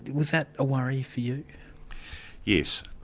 was that a worry for you? yes.